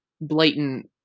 blatant